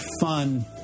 fun